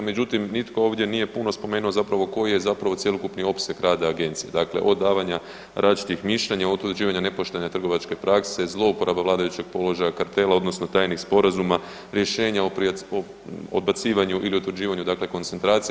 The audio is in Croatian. Međutim, nitko ovdje nije puno spomenuo zapravo koji je zapravo cjelokupni opseg rada agencije, dakle od davanja različitih mišljenja, od utvrđivanja nepoštene trgovačke prakse, zlouporaba vladajućeg položaja kartela, odnosno tajnih sporazuma, rješenja o odbacivanju ili utvrđivanju, dakle koncentracije.